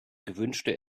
gewünschte